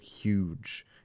huge